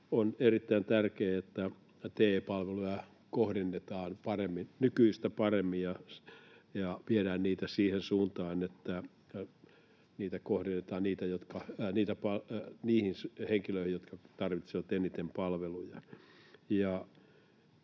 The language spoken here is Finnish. On erittäin tärkeää, että TE-palveluja kohdennetaan paremmin — nykyistä paremmin — ja niitä viedään siihen suuntaan, että niitä kohdennetaan niihin henkilöihin, jotka tarvitsevat eniten palveluja.